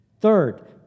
Third